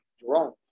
Jerome